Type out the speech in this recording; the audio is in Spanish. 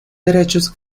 derechos